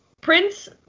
Prince